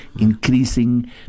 increasing